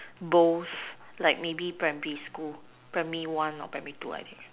bowls like maybe primary school primary one or primary two I think